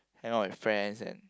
hang out with friends and